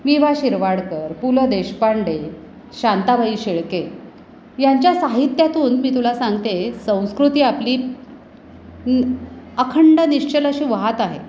विवा शिरवाडकर पु ल देशपांडे शांताबाई शेळके यांच्या साहित्यातून मी तुला सांगते संस्कृती आपली अखंड निश्चल अशी वाहत आहे